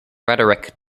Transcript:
rhetoric